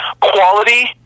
quality